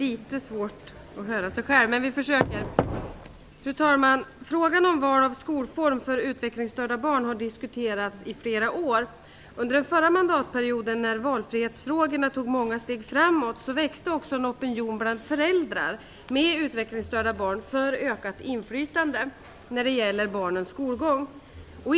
Fru talman! Frågan om val av skolform för utvecklingsstörda barn har diskuterats i flera år. Under den förra mandatperioden, när valfrihetsfrågorna tog många steg framåt, växte också en opinion bland föräldrar med utvecklingsstörda barn för ökat inflytande när det gäller barnens skolgång.